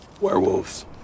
Werewolves